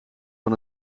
van